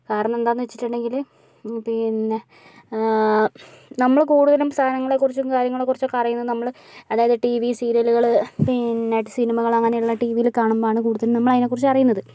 കാരണം എന്താന്ന് വച്ചിട്ടുണ്ടെങ്കില് പിന്നെ നമ്മള് കൂടുതലും സാധനങ്ങളെക്കുറിച്ചും കാര്യങ്ങളെക്കുറിച്ചൊക്കെ അറിയുന്നത് നമ്മള് അതായത് ടീവി സീരിയലുകള് പിന്നെ സിനിമകളങ്ങനെയുള്ള ടീവില് കാണുമ്പോഴാണ് കൂടുതലും നമ്മളതിനെക്കുറിച്ച് അറിയുന്നത്